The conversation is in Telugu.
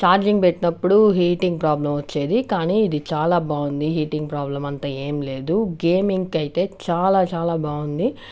ఛార్జింగ్ పెట్టినప్పుడు హీటింగ్ ప్రాబ్లెమ్ వచ్చేది కానీ ఇది చాలా బాగుంది హీటింగ్ ప్రాబ్లెమ్ అంత ఏం లేదు గేమింగ్కి అయితే చాలా చాలా బాగుంది